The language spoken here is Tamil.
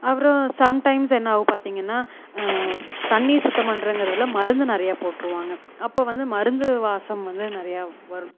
அப்புறோம் சம்டைம்ஸ் என்னாகும் பார்த்தீங்கன்னா தண்ணி சுத்தம் பண்ணுறேங்கிறதுல மருந்து நிறைய போட்டுருவாங்க அப்போ வந்து மருந்து வாசம் வந்து நிறையா வரும்